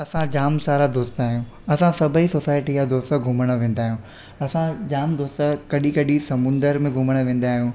असां जाम सारा दोस्त आहियूं असां सभई सोसाइटी जा दोस्त घुमणु वेंदा आहियूं असां जाम दोस्त कॾहिं कॾहिं समुंड में घुमणु वेंदा आहियूं